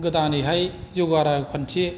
गोदानैहाय जौगा रावखान्थि